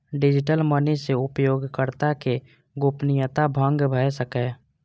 digital money सं उपयोगकर्ता के गोपनीयता भंग भए सकैए